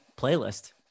playlist